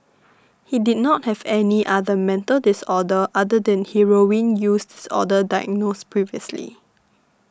he did not have any other mental disorder other than heroin use disorder diagnosed previously